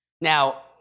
Now